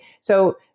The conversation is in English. So-